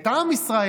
את עם ישראל,